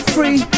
Free